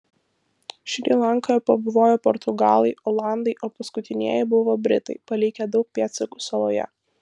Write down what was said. šri lankoje pabuvojo portugalai olandai o paskutinieji buvo britai palikę daug pėdsakų saloje